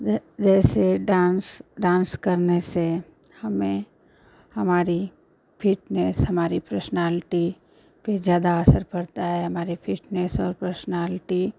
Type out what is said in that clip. ज जैसे dance dance करने से हमें हमारी फ़िटनेस हमारी पर्सनैलिटी पर ज़्यादा असर पड़ता है हमारी फ़िटनेस और पर्सनैलिटी